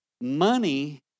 Money